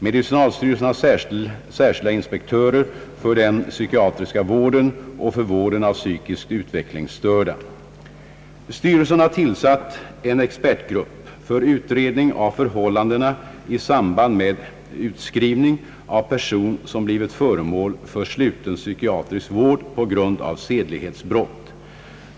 Medicinalstyrelsen har särskilda inspektörer för den psykiatriska vården och för vården av psykiskt utvecklingsstörda. Styrelsen har tillsatt en expertgrupp för utredning av förhållandena i samband med utskrivning av personer som blivit föremål för sluten psykiatrisk vård på grund av sedlighetsbrott.